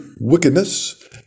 wickedness